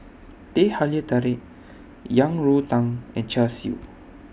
Teh Halia Tarik Yang Rou Tang and Char Siu